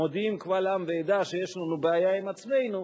מודיעים קבל עם ועדה שיש לנו בעיה עם עצמנו,